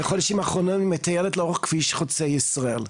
בכל השנים האחרונות היא מטיילת לאורך כביש חוצה ישראל.